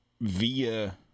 via